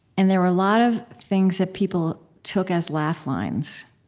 and there were a lot of things that people took as laugh lines,